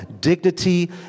dignity